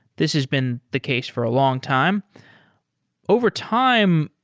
this has been the case for a long time. overtime,